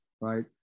right